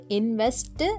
invest